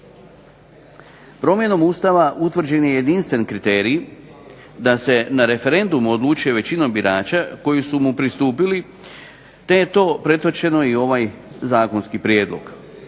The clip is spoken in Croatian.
Promjenom Ustava utvrđen je jedinstven kriterij da se na referendumu odlučuju većinom birača koji su mu pristupili te je to pretočeno i u ovaj Zakonski prijedlog.